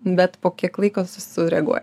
bet po kiek laiko su sureaguoja